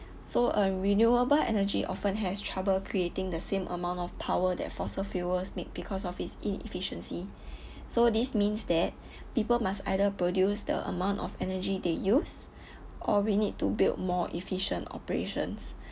so um renewable energy often has trouble creating the same amount of power that fossil fuels made because of its inefficiency so this means that people must either produce the amount of energy they use or we need to build more efficient operations